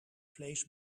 vlees